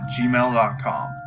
gmail.com